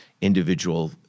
individual